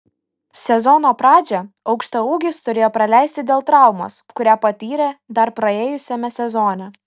sezono pradžią aukštaūgis turėjo praleisti dėl traumos kurią patyrė dar praėjusiame sezone